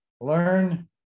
learn